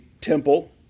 temple